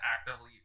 actively